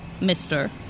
mister